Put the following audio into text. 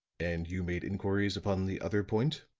and you made inquiries upon the other point?